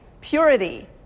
Purity